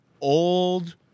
old